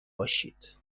باشید